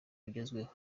bugezweho